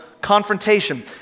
confrontation